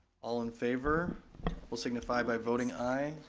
all in favor will signify by voting aye.